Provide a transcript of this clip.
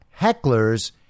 hecklers